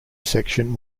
section